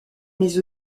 mais